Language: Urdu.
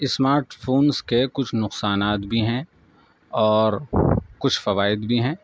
اسمارٹ فونس کے کچھ نقصانات بھی ہیں اور کچھ فوائد بھی ہیں